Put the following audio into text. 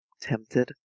tempted